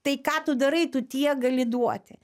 tai ką tu darai tu tiek gali duoti